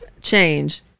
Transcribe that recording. Change